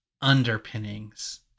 Underpinnings